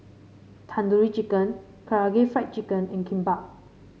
Tandoori Chicken Karaage Fried Chicken and Kimbap